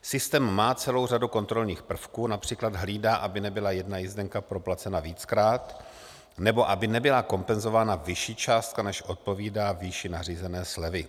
Systém má celou řadu kontrolních prvků, například hlídá, aby nebyla jedna jízdenka proplacena víckrát nebo aby nebyla kompenzována vyšší částka, než odpovídá výši nařízené slevy.